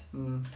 um